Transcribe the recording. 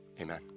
amen